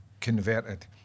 converted